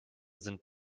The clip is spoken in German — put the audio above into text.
sind